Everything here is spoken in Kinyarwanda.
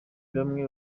bamwe